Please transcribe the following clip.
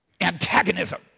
Antagonism